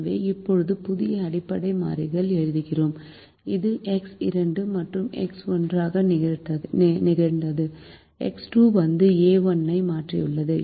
எனவே இப்போது புதிய அடிப்படை மாறிகள் எழுதுகிறோம் இது எக்ஸ் 2 மற்றும் எக்ஸ் 1 ஆக நிகழ்ந்தது எக்ஸ் 2 வந்து a1 ஐ மாற்றியுள்ளது